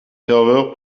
ferveur